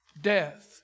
death